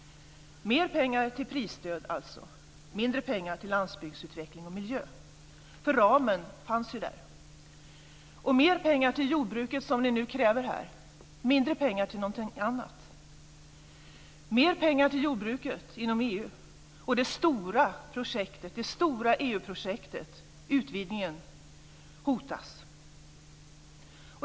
Mer pengar till prisstöd alltså och mindre pengar till landsbygdsutveckling och miljö, eftersom ramen fanns där. Mer pengar till jordbruket som ni nu kräver här innebär mindre pengar till någonting annat. Mer pengar till jordbruket inom EU innebär att det stora EU-projektet, utvidgningen, hotas.